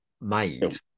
made